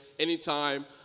Anytime